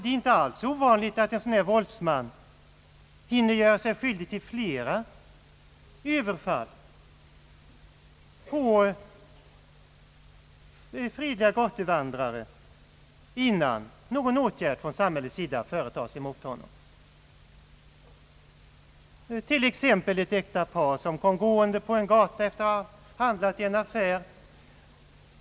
Det är inte alls ovanligt att en sådan här våldsman hinner göra sig skyldig till flera över fall på fredliga gatuvandrare, innan någon åtgärd från samhällets sida företas mot honom. Jag kan ta som ännu ett exempel ett äkta par som kom gående på en gata efter att ha handlat i en affär.